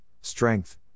strength